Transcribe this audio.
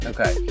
Okay